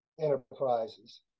enterprises